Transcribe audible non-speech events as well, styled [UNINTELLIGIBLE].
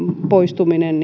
poistuminen [UNINTELLIGIBLE]